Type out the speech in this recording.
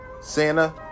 Santa